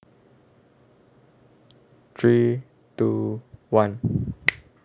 three two one